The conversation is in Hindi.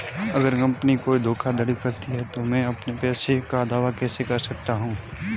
अगर कंपनी कोई धोखाधड़ी करती है तो मैं अपने पैसे का दावा कैसे कर सकता हूं?